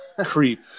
Creep